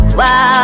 wow